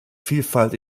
vielfalt